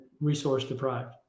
resource-deprived